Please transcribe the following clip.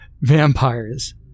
Vampires